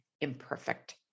imperfect